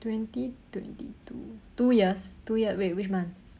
twenty twenty two two years two year wait which month